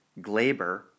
Glaber